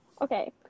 Okay